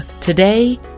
today